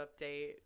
update